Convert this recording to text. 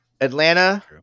Atlanta